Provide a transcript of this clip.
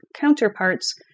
counterparts